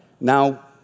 Now